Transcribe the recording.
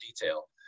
detail